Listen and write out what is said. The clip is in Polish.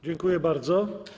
Dziękuję bardzo.